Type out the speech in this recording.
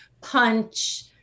punch